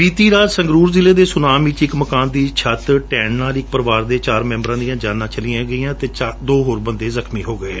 ਬੀਤੀ ਰਾਤ ਸੰਗਰੂਰ ਜਿਲ੍ਹੇ ਦੇ ਸੁਨਾਮ ਵਿਚ ਇਕ ਮਕਾਨ ਦੀ ਛੱਤ ਡਿੱਗਣ ਨਾਲ ਇਕ ਪਰਿਵਾਰ ਦੇ ਚਾਰ ਮੈਂਬਰਾਂ ਦੀਆਂ ਜਾਨਾਂ ਚਲੀਆਂ ਗਈਆਂ ਅਤੇ ਦੋ ਹੋਰ ਜਖਮੀ ਹੋ ਗਏ